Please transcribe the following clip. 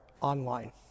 online